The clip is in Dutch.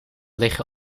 liggen